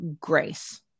grace